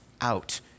out